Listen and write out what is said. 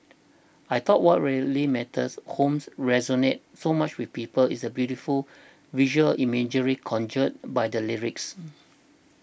I thought what really makes Home resonate so much with people is the beautiful visual imagery conjured by the lyrics